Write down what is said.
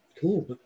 Cool